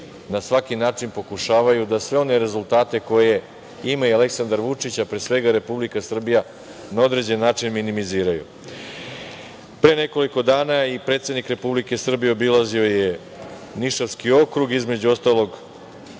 na svaki način pokušavaju da sve one rezultate koje ima i Aleksandar Vučić, a pre svega Republika Srbija na određen način minimiziraju. Pre nekoliko dana i predsednik Republike Srbije obilazio je Nišavski okrug, između ostalog